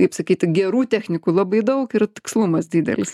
kaip sakyta gerų technikų labai daug ir tikslumas didelis